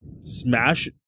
Smash